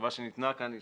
התשובה שניתנה כאן היא